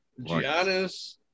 Giannis